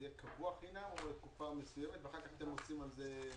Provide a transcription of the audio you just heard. זה יהיה קבוע בחינם או רק לתקופה מסוימת ואחר כך ייגבה עבור זה תשלום?